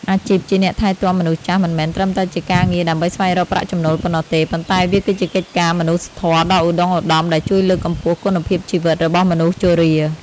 អាជីពជាអ្នកថែទាំមនុស្សចាស់មិនមែនត្រឹមតែជាការងារដើម្បីស្វែងរកប្រាក់ចំណូលប៉ុណ្ណោះទេ ប៉ុន្តែវាគឺជាកិច្ចការមនុស្សធម៌ដ៏ឧត្តុង្គឧត្តមដែលជួយលើកកម្ពស់គុណភាពជីវិតរបស់មនុស្សជរា។